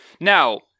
Now